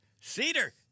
Cedar